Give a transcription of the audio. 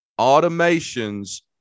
automations